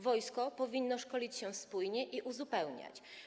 Wojsko powinno szkolić się spójnie i uzupełniać.